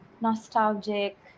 nostalgic